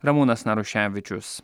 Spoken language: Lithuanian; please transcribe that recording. ramūnas naruševičius